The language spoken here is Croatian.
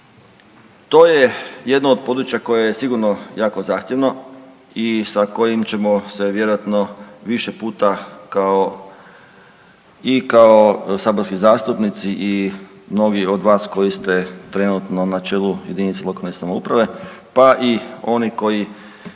To je jedno od područja koje je sigurno jako zahtjevno i sa kojim ćemo se vjerojatno više puta i kao saborski zastupnici i mnogi od vas koji ste trenutno na čelu jedinice lokalne samouprave pa i oni koji